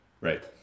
Right